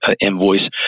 invoice